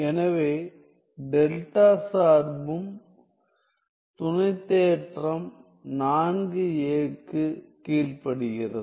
எனவே டெல்டா சார்பும் துணைத்தேற்றம் 4a க்கு கீழ்ப்படிகிறது